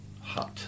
hut